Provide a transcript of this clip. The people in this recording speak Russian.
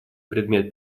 предмет